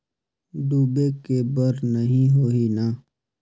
डूबे के बर नहीं होही न?